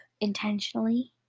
intentionally